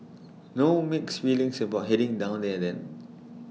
no mixed feelings about heading down there then